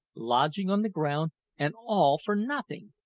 lodging on the ground and all for nothing!